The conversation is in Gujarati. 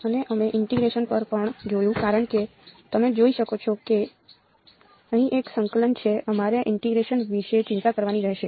અને અમે ઇન્ટીગ્રેશન પર પણ જોયું કારણ કે તમે જોઈ શકો છો કે અહીં એક સંકલન છે અમારે ઇન્ટીગ્રેશન વિશે ચિંતા કરવાની રહેશે